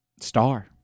Star